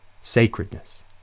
sacredness